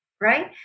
right